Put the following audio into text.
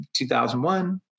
2001